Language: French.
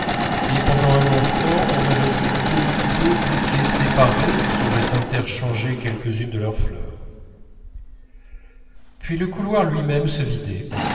et pendant un instant on aurait dit de deux bouquets séparés qui auraient interchangé quelques-unes de leurs fleurs puis le couloir lui-même se vidait